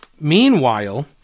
Meanwhile